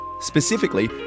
specifically